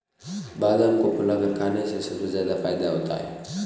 बादाम को फुलाकर खाने से सबसे ज्यादा फ़ायदा होता है